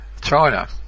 China